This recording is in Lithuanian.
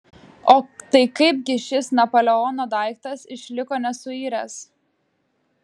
o tai kaip gi šis napoleono daiktas išliko nesuiręs